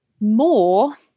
more